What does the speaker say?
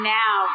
now